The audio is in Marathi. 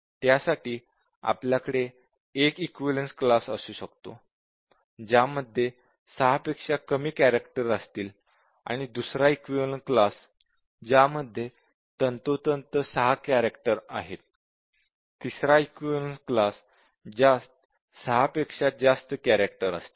त्यासाठी आपल्याकडे 1 इक्विवलेन्स क्लास असा असू शकतो ज्यामध्ये 6 पेक्षा कमी कॅरॅक्टर असतील आणि दुसरा इक्विवलेन्स क्लास ज्यामध्ये तंतोतंत 6 कॅरॅक्टर आहेत तिसरा इक्विवलेन्स क्लास ज्यात 6 पेक्षा जास्त कॅरॅक्टर असतील